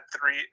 three